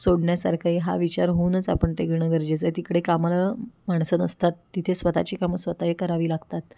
सोडण्यासारखं आहे हा विचार होऊनच आपण ते घेणं गरजेचं आहे तिकडे कामाला माणसं नसतात तिथे स्वतःची कामं स्वतः आहे करावी लागतात